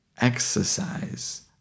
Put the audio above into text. exercise